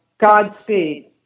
Godspeed